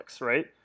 right